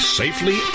safely